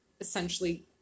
essentially